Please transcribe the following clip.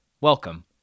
Welcome